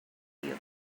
you